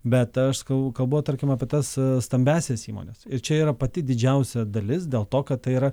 bet aš sakau kalbu apie tarkim apie tas stambiąsias įmones ir čia yra pati didžiausia dalis dėl to kad tai yra